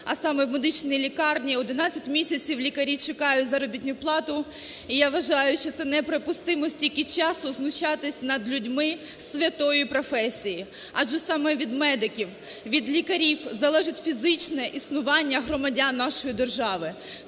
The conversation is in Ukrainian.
а саме у медичній лікарні. 11 місяців лікарі чекають заробітну плату. І я вважаю, що це неприпустимо стільки часу знущатись над людьми святої професії, адже саме від медиків, від лікарів залежить фізичне існування громадян нашої держави.